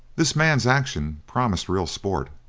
this man's action promised real sport,